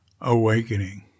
awakening